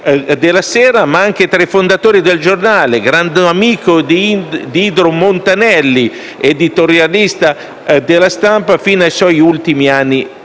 della Sera», ma anche tra i fondatori de «Il Giornale»; grande amico di Indro Montanelli, è stato editorialista de «La Stampa» fino ai suoi ultimi anni